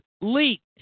leaked